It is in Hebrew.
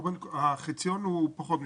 החציון הוא פחות מ-3.5.